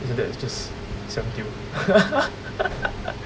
isn't that just siam diu